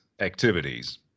activities